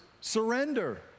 surrender